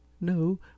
no